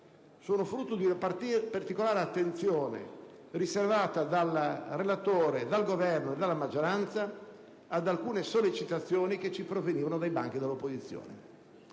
sono frutto di particolare attenzione riservata dal relatore, dal Governo e dalla maggioranza ad alcune sollecitazioni che ci provenivano dai banchi dell'opposizione.